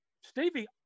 Stevie